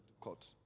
court